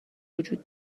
وجود